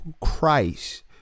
Christ